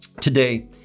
today